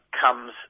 comes